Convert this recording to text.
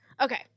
Okay